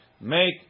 make